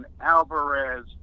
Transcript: Alvarez